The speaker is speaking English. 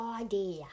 idea